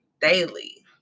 daily